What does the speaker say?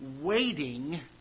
waiting